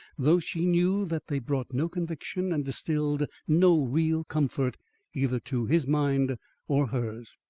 though she knew that they brought no conviction and distilled no real comfort either to his mind or hers.